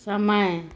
समय